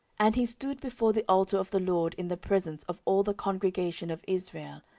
and he stood before the altar of the lord in the presence of all the congregation of israel,